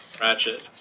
Ratchet